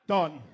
Done